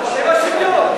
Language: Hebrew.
בשם השוויון,